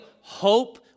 Hope